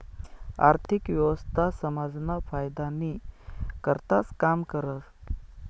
आर्थिक व्यवस्था समाजना फायदानी करताच काम करस